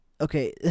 Okay